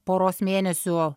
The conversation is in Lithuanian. poros mėnesių